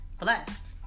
blessed